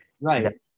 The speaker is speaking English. Right